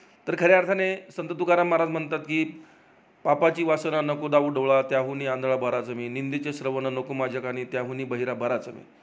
तर खऱ्या अर्थाने संत तुकाराम महाराज म्हणतात की पापाची वासना नको दाऊ डोळा त्याहूनी आंधळा बराच मी निंदेचे श्रवण नको माझ्या कानी त्याहुनी बहिरा बराच मी